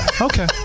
Okay